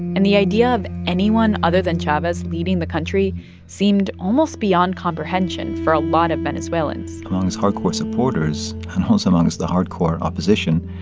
and the idea of anyone other than chavez leading the country seemed almost beyond comprehension for a lot of venezuelans among his hardcore supporters and almost amongst the hardcore opposition,